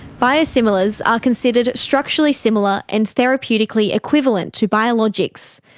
biosimilars are considered structurally similar and therapeutically equivalent to biologics.